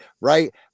right